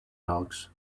hogs